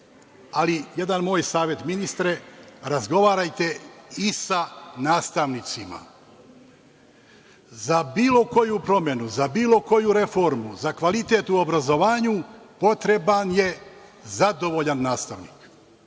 ali jedan moj savet, ministre, razgovarajte i sa nastavnicima. Za bilo koju promenu, za bilo koju reformu, za kvalitet u obrazovanju potreban je zadovoljan nastavnik.